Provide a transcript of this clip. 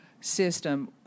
system